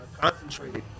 concentrated